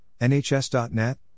NHS.net